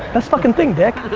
best fucking thing, dick.